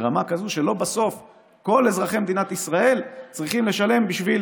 ברמה כזאת שלא בסוף כל אזרחי מדינת ישראל צריכים לשלם בשביל